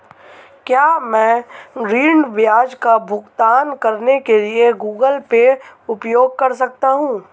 क्या मैं ऋण ब्याज का भुगतान करने के लिए गूगल पे उपयोग कर सकता हूं?